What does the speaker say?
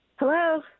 Hello